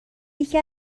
یکی